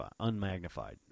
unmagnified